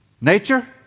Nature